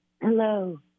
Hello